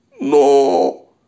No